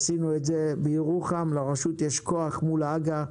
עשינו את זה בירוחם, לרשות יש כוח מול הג"א,